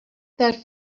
that